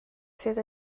sydd